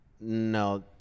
No